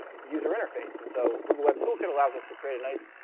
user interface. and so, google web toolkit allows us to create a nice,